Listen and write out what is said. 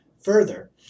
Further